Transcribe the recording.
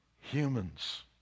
humans